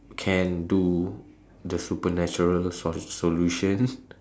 can do the supernatural so~ solution